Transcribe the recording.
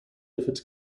efforts